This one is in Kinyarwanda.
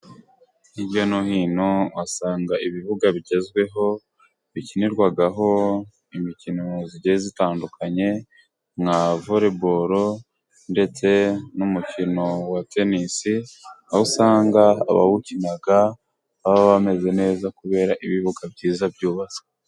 Hirya no hino uhasanga ibibuga bigezweho bikinirwaho imikino igiye zitandukanye nka voliboro ndetse n'umukino wa tenisi aho usanga abawukina baba bameze neza kubera ibibuga byiza byubatse.